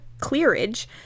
clearage